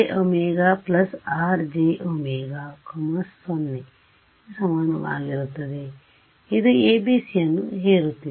jω Rjω 0 ಗೆ ಸಮನಾಗಿರುತ್ತದೆ ಇದು ABCಯನ್ನು ಹೇರುತ್ತಿದೆ